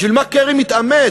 בשביל מה קרי מתאמץ,